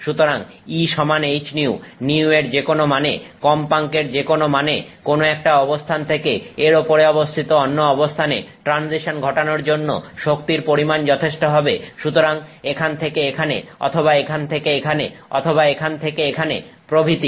সুতরাং E সমান hυ υ এর যেকোন মানে কম্পাঙ্কের যেকোনো মানে কোন একটা অবস্থান থেকে এর ওপরে অবস্থিত অন্য অবস্থানে ট্রানজিশন ঘটানোর জন্য শক্তির পরিমান যথেষ্ট হবে সুতরাং এখান থেকে এখানে অথবা এখান থেকে এখানে অথবা এখান থেকে এখানে প্রভৃতি